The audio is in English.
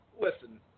listen